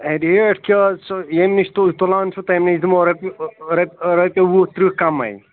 ہے rate کیٛاہ حظ سُہ ییٚمہِ نِش تُہۍ تُلان چھُو تَمہِ نِش دِمو رۄپیہِ رۄپیہِ رۄپیہِ وُہ ترٕٛہ کَمَے